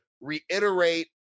reiterate